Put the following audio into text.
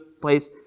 place